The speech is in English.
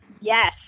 Yes